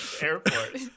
airport